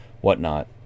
whatnot